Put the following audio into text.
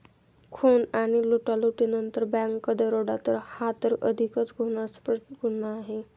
खून आणि लुटालुटीनंतर बँक दरोडा हा तर अधिकच घृणास्पद गुन्हा ठरतो